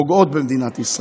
שפוגעים במדינת ישראל,